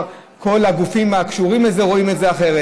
הפעם כל הגופים הקשורים לזה רואים את זה אחרת.